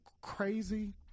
crazy